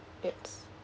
yes